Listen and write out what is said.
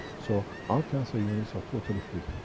so, our cancer units are totally free.